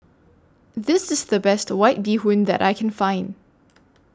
This IS The Best White Bee Hoon that I Can Find